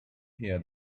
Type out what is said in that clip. hear